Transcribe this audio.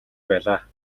байлаа